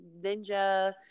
ninja